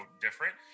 different